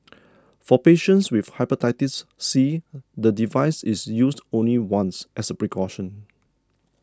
for patients with Hepatitis C the device is used only once as a precaution